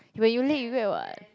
when you late you wait [what]